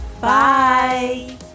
Bye